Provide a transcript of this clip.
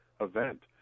event